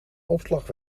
opslag